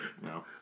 No